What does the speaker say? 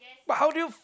but how do you